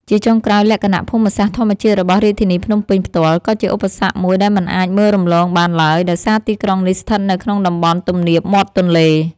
ជាចុងក្រោយ លក្ខណៈភូមិសាស្ត្រធម្មជាតិរបស់រាជធានីភ្នំពេញផ្ទាល់ ក៏ជាឧបសគ្គមួយដែលមិនអាចមើលរំលងបានឡើយ ដោយសារទីក្រុងនេះស្ថិតនៅក្នុងតំបន់ទំនាបមាត់ទន្លេ។